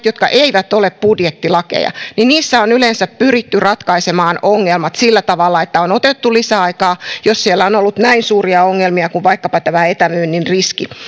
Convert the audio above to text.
jotka eivät ole budjettilakeja on yleensä pyritty ratkaisemaan ongelmat sillä tavalla että on otettu lisäaikaa jos siellä on ollut näin suuria ongelmia kuin vaikkapa tämä etämyynnin riski